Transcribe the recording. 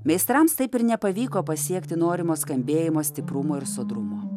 meistrams taip ir nepavyko pasiekti norimo skambėjimo stiprumo ir sodrumo